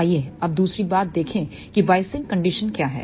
आइए अब दूसरी बात देखें कि बायसिंग कंडीशन क्या है